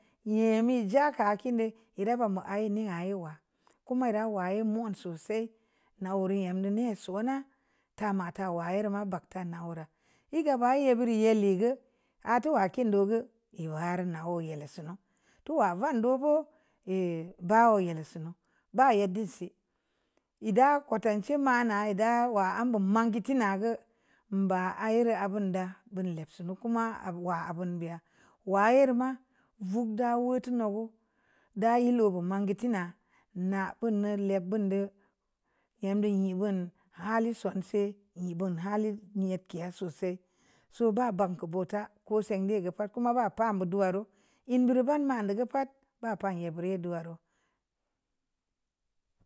Nyemi jaka kiin de' ireu bam ii ne' ii wa kama ra waye mun sosai na wu re' nyem dun nē so'o' na tama tawa yar ma ba'ak tana wura ē gə bə ye bureu yelli gə ə tōo kin dō gə ē war na'o' yal sonu towa van do po ēe ba yal sunu ba yaddi si ē da ko tauche mana da wa mba bō mang giti na gə ba i ra bun da burii le'b sunu koma abu wa abun bi'a wa yer ma vōo də wu tunu'u da yelligu mang gēetē na na pun nne le'bun dō nyem dē yē bun hali sonsē yē bun halinyet ke'a sosai so ba banku buta kō sēndi gə pa'at koma ba pam dō wareu əu dunu pan ma ndē gə pa'at ba pan ye bērē.